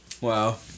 Wow